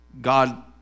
God